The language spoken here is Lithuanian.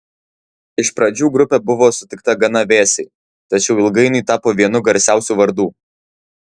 iš pradžių grupė buvo sutikta gana vėsiai tačiau ilgainiui tapo vienu garsiausių vardų